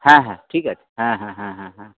হ্যাঁ হ্যাঁ ঠিক আছে হ্যা হঁ হ্যাঁ হ্যাঁ হঁ